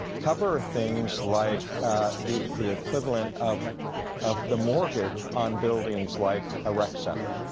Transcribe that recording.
cover things like the the equivalent of of the mortgage on buildings like a rec center.